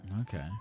Okay